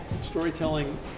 storytelling